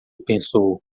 pensou